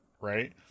right